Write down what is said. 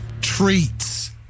treats